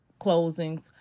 closings